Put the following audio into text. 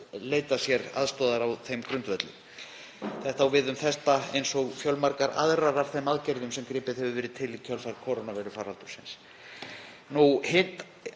leita sér aðstoðar á þeim grundvelli. Það á við um þetta eins og fjölmargar aðrar af þeim aðgerðum sem gripið hefur verið til í kjölfar kórónuveirufaraldursins.